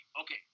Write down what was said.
okay